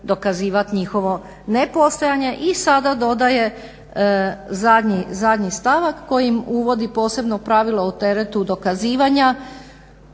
dokazivati njihovo nepostojanje. I sada dodaje zadnji stavak kojim uvodi posebno pravilo u teretu dokazivanja